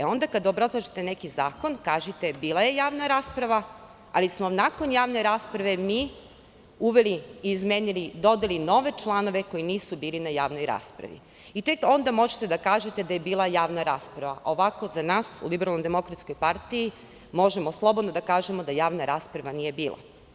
Onda kada obrazložite neki zakon kažite bila je javna rasprava, ali smo nakon javne rasprave mi uveli, izmenili, dodali nove članove koji nisu bili na javnoj raspravi i tek onda možete da kažete da je bila javna rasprava, ovako za nas u LDP možemo slobodno da kažemo da javna rasprava nije bila.